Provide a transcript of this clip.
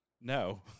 No